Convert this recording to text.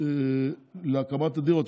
להקמת הדירות,